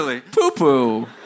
Poo-poo